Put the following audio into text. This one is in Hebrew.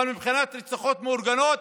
אבל מבחינת רציחות מאורגנות,